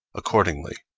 accordingly,